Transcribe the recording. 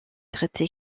traiter